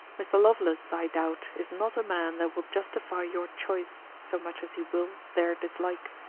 mr. lovelace, i doubt, is not a man that will justify your choice so much as he will their dislike.